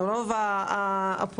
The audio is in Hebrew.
ארגונים שאנחנו מממנים אותם ואנחנו עושים